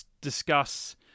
Discuss